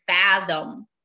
fathom